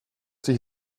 sich